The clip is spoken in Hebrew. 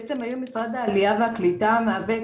בעצם היום משרד העלייה והקליטה מהווה